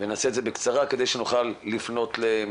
שמעתי מהחברים כמה שמנסים לפתור את הדברים